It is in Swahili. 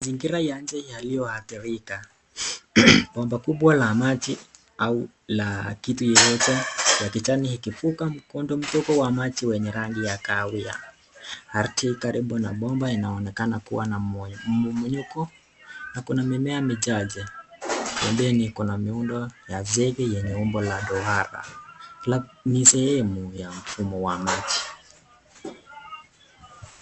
Mazingira ya nje yaliyoadhirika, bomba kubwa la maji au la kitu yeyote ya kijani ikivuka mkondo mdogo wa maji wenye rangi ya kahawia. Ardhi karibu na bomba inaonekana kuwa na mumomonyoka na kuna mimea michache. Pembeni kuna miundo wa zegi yenye umbo ya duara labda ni sehemu ya mfumo wa maji.